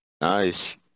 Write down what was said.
Nice